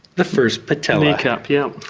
the first patella. kneecap, yes.